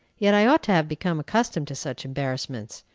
yet i ought to have become accustomed to such embarrassments,